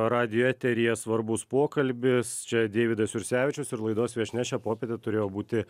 radijo eteryje svarbus pokalbis čia deividas jursevičius ir laidos viešnia šią popietę turėjo būti